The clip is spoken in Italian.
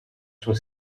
sua